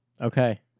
okay